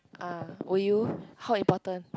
ah will you how important